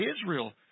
Israel